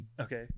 Okay